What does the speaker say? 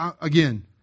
again